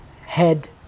head